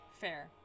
Fair